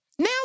Now